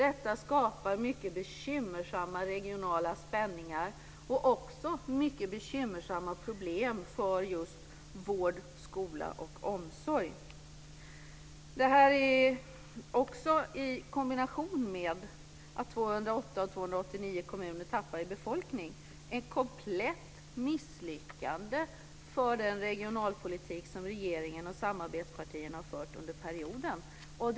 Detta skapar mycket bekymmersamma regionala spänningar och också mycket bekymmersamma problem för just vård, skola och omsorg. I kombination med att 208 av 289 kommuner tappar i befolkning är detta ett komplett misslyckande för den regionalpolitik som regeringen och samarbetspartierna fört under perioden.